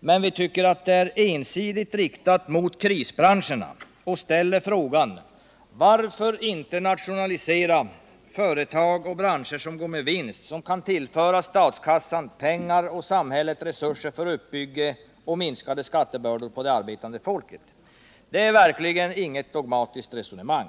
men vi tycker de är ensidigt riktade mot krisbranscherna, och vi ställer frågan: Varför inte nationalisera företag och branscher som går med vinst och som kan tillföra statskassan pengar och samhället resurser för uppbyggnad och för att minska skattebördor på det arbetande folket? Det är sannerligen inget dogmatiskt resonemang.